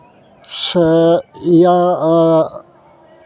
ᱥᱮ ᱤᱭᱟᱹ